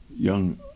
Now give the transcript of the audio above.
Young